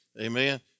amen